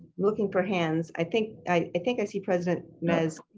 looking for hands, i think i think i see president nez,